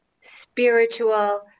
spiritual